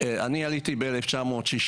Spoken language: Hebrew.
אני עליתי ב-1960,